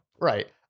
Right